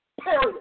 Period